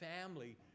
family